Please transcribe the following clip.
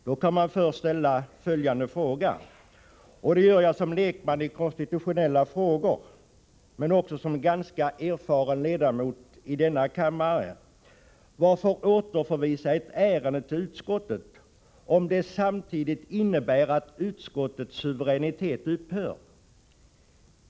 Då vill jag ställa följande fråga, och det gör jag som lekman på det konstitutionella området, men också som ganska erfaren ledamot av denna kammare: Varför återförvisa ett ärende till utskott, om detta samtidigt innebär att utskottets suveränitet upphör?